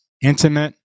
intimate